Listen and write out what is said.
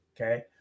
okay